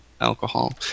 alcohol